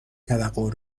توقع